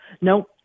No